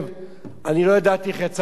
אני לא ידעתי איך יצאתי חי מהמקום.